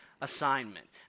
assignment